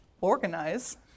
organize